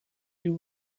you